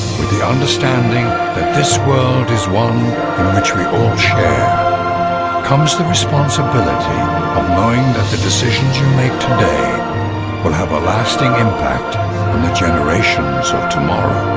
with the understanding that this world is one in which we all share comes the responsibility knowing that the decisions you make today will have a lasting impact on the generations of tomorrow?